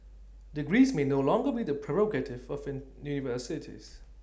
degrees may no longer be the prerogative of in universities